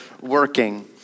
working